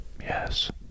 Yes